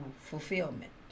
fulfillment